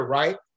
right